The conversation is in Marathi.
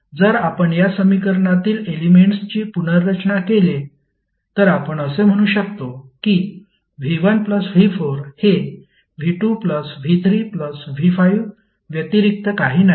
जर आपण या समीकरणातील एलेमेंट्सची पुनर्रचना केली तर आपण असे म्हणू शकतो की v1v4 हे v2 v3v5 व्यतिरिक्त काही नाही